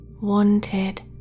wanted